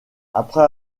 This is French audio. après